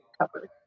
covered